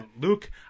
Luke